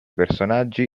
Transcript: personaggi